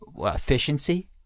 Efficiency